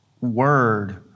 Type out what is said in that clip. word